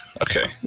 Okay